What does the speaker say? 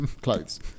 clothes